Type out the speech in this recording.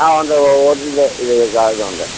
ആ ഉണ്ട് ഉണ്ട് ഓട്ട് ൻ്റെ ഇത് കാർഡ് ഉണ്ട്